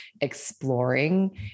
exploring